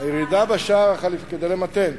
כדי למתן.